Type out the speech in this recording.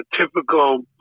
typical